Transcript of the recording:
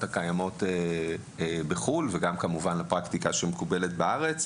הקיימות בחו"ל ולפרקטיקה שמקובלת בארץ.